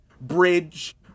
bridge